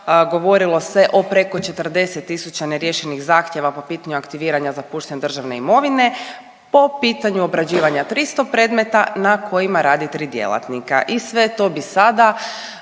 govorilo se o preko 40 tisuća neriješenih zahtjeva po pitanju aktiviranja zapuštene državne imovine, po pitanju obrađivanja 300 predmeta na kojima rade 3 djelatnika i sve to bi sada